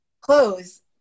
clothes